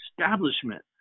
establishment